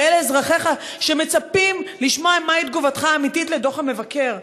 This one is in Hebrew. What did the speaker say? ואלה אזרחיך שמצפים לשמוע מהי תגובתך האמיתית על דוח המבקר.